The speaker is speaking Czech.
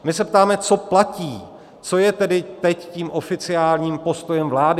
My se ptáme, co platí, co je tedy teď tím oficiálním postojem vlády.